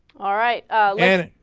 alright ah. and